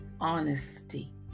honesty